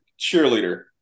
Cheerleader